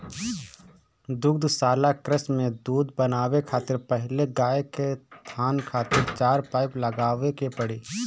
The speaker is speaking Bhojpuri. दुग्धशाला कृषि में दूध बनावे खातिर पहिले गाय के थान खातिर चार पाइप लगावे के पड़ी